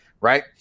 right